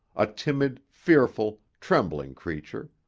a timid, fearful, trembling creature.